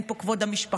אין פה כבוד המשפחות,